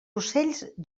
ocells